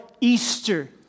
easter